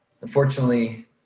unfortunately